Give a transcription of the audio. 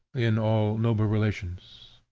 in all noble relations.